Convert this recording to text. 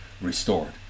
restored